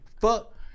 Fuck